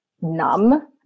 numb